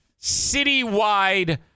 citywide